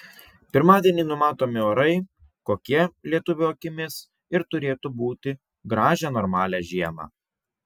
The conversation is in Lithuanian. pirmadienį numatomi orai kokie lietuvio akimis ir turėtų būti gražią normalią žiemą